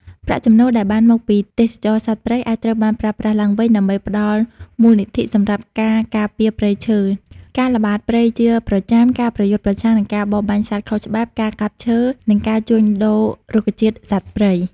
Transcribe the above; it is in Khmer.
ប្រាក់ចំណូលដែលបានមកពីទេសចរណ៍សត្វព្រៃ អាចត្រូវបានប្រើប្រាស់ឡើងវិញដើម្បីផ្តល់មូលនិធិសម្រាប់ការការពារព្រៃឈើ ការល្បាតព្រៃជាប្រចាំ ការប្រយុទ្ធប្រឆាំងនឹងការបរបាញ់សត្វខុសច្បាប់ ការកាប់ឈើ និងការជួញដូររុក្ខជាតិ-សត្វព្រៃ។